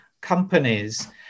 companies